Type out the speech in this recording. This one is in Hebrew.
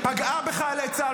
אני שומרת על חיילי צה"ל.